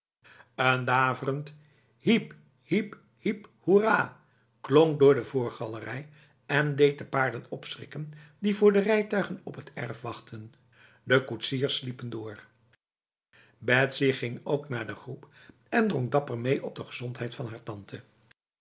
een daverend hiep hiep hiep hoera klonk door de voorgalerij en deed de paarden opschrikken die voor de rijtuigen op het erf wachtten de koetsiers sliepen door betsy ging ook naar de groep en dronk dapper mee op de gezondheid van haar tante